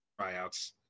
tryouts